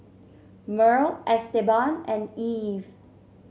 Merl Esteban and Eve